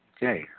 Okay